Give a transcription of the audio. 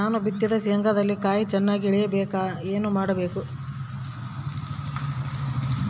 ನಾನು ಬಿತ್ತಿದ ಶೇಂಗಾದಲ್ಲಿ ಕಾಯಿ ಚನ್ನಾಗಿ ಇಳಿಯಕ ಏನು ಮಾಡಬೇಕು?